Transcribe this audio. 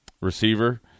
receiver